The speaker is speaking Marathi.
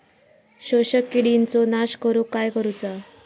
शोषक किडींचो नाश करूक काय करुचा?